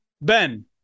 Ben